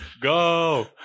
go